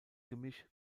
gemisch